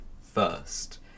First